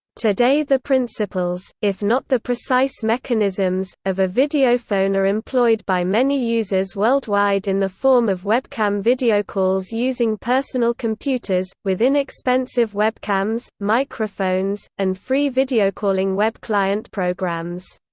today the principles, if not the precise mechanisms, of a videophone are employed by many users worldwide in the form of webcam videocalls using personal computers, with inexpensive webcams, microphones, and free videocalling web client programs.